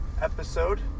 episode